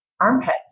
armpits